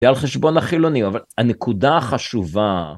זה על חשבון החילוני, אבל הנקודה החשובה...